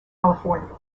california